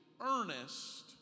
earnest